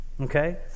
okay